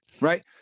right